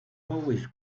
always